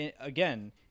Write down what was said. again